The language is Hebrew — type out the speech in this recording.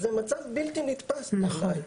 זה מצב בלתי נתפס בעיני,